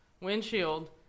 windshield